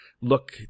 look